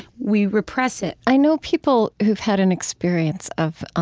we repress it i know people who've had an experience of